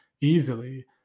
easily